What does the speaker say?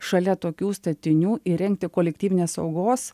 šalia tokių statinių įrengti kolektyvinės saugos